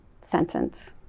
sentence